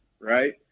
right